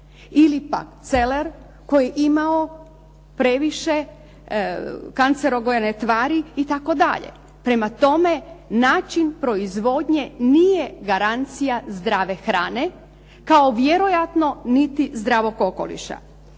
Ili pak celer koji je imao previše kancerogene tvari itd. Prema tome, način proizvodnje nije garancija zdrave hrane kao vjerojatno niti zdravog okoliša.